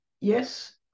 yes